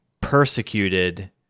persecuted